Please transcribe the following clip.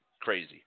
Crazy